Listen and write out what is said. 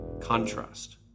contrast